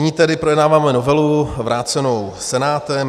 Nyní tedy projednáváme novelu vrácenou Senátem.